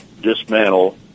dismantle